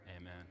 Amen